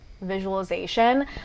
visualization